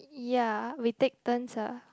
ya we take turns ah